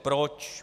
Proč?